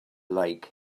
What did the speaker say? lake